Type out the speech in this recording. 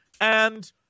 and-